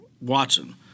Watson